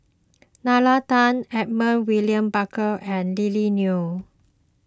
Nalla Tan Edmund William Barker and Lily Neo